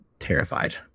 terrified